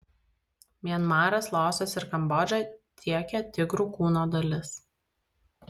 mianmaras laosas ir kambodža tiekia tigrų kūno dalis